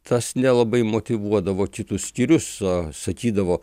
tas nelabai motyvuodavo kitus skyrius a sakydavo